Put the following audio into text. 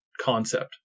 concept